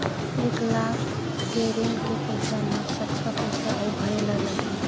एक लाख के ऋण के पईसा म कतका पईसा आऊ भरे ला लगही?